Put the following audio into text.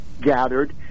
gathered